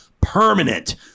permanent